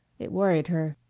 it worried her.